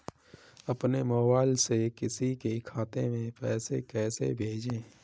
अपने मोबाइल से किसी के खाते में पैसे कैसे भेजें?